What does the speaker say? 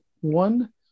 one